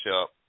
up